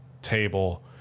table